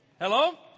Hello